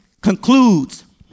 concludes